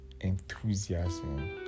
enthusiasm